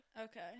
Okay